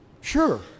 Sure